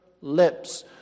lips